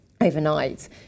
overnight